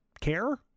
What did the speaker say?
care